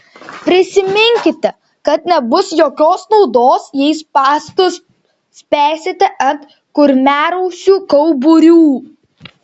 prisiminkite kad nebus jokios naudos jei spąstus spęsite ant kurmiarausių kauburių